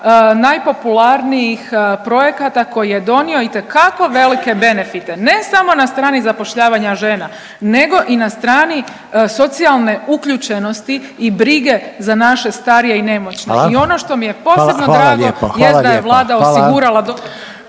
najpopularnijih projekata koji je donio itekako velike benefite ne samo na strani zapošljavanja žena, nego i na strani socijalne uključenosti i brige za naše starije i nemoćne. **Reiner, Željko (HDZ)** …/Upadica Reiner: Hvala./…